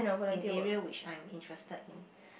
in area which I'm interested in